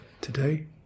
today